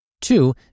Two